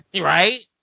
Right